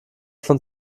von